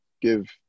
give